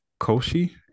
Koshi